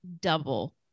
double